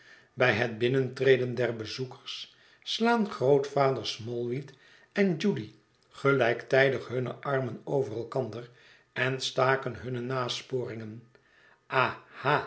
bij het binnentreden der bezoekers slaan grootvader smallweed en judy gelijktijdig hunne armen over elkander en staken hunne nasporingén